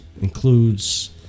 Includes